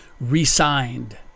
re-signed